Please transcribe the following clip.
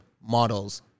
models